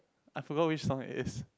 I forgot which song it is